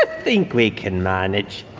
ah think we can manage.